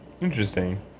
Interesting